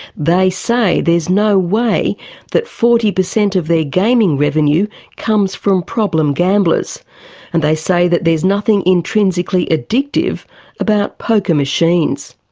they say there's no way that forty per cent of gaming revenue comes from problem gamblers and they say that there's nothing intrinsically addictive about poker machines.